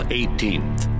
18th